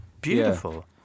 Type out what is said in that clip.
Beautiful